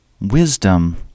wisdom